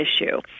issue